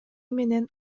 менен